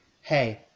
Hey